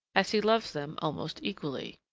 as he loves them almost equally.